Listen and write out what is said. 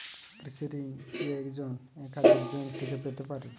কৃষিঋণ কি একজন একাধিক ব্যাঙ্ক থেকে পেতে পারে?